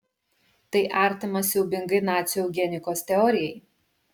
tai artima siaubingai nacių eugenikos teorijai